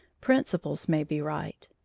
principles may be right,